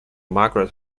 margaret